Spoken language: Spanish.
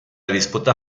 disputa